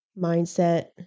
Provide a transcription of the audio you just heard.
mindset